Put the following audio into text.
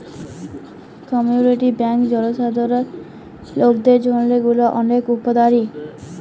community bank জলসাধারল লকদের জন্হে গুলা ওলেক উপকারী